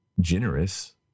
generous